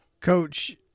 Coach